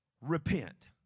repent